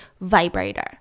vibrator